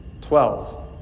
twelve